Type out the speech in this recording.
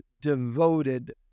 devoted